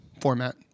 Format